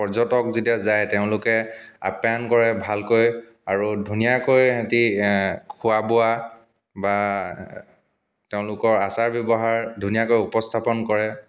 পৰ্যটক যেতিয়া যায় তেওঁলোকে আপ্যায়ন কৰে ভালকৈ আৰু ধুনীয়াকৈ সিহঁতে খোৱা বোৱা বা তেওঁলোকৰ আচাৰ ব্যৱহাৰ ধুনীয়াকৈ উপস্থাপন কৰে